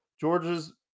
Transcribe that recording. Georgia's